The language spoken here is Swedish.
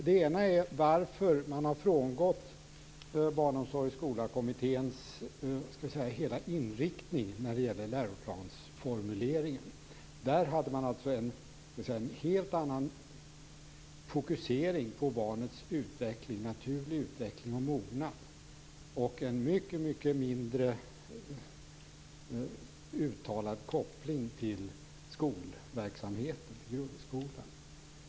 Den ena är varför man har frångått Barnomsorg och skolakommitténs hela inriktning när det gäller läroplansformuleringen. I den hade man en helt annan fokusering på barnens naturliga utveckling och mognad och en mycket mindre uttalad koppling till grundskoleverksamheten.